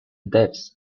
deaths